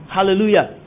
Hallelujah